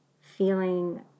feeling